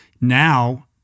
now